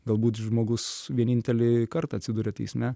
galbūt žmogus vienintelį kartą atsiduria teisme